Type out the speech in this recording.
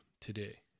today